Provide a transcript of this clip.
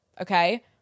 okay